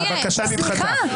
תודה רבה, הבקשה נדחתה.